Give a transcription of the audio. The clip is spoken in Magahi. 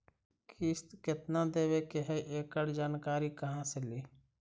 किस्त केत्ना देबे के है एकड़ जानकारी कहा से ली?